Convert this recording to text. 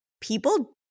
people